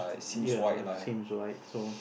ya seems right so